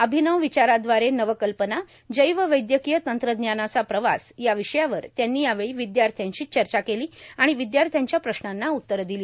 अभिनव र्वचारादवारे नव कल्पना जैव वैद्यकांय तंत्रज्ञानाचा प्रवास या विषयावर त्यांनी यावेळी विद्यार्थ्यांशी चर्चा केली आणि विद्यार्थ्यांच्या प्रश्नांना उत्तरं दिली